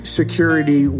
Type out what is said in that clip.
security